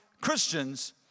Christians